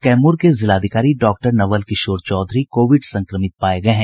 कैमूर के जिलाधिकारी doctor Naval Kishore Chaudhary Covid संक्रमित पाये गये हैं